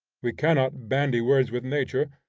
we cannot bandy words with nature,